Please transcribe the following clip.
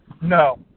No